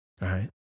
Right